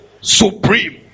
supreme